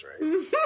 right